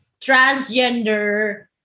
transgender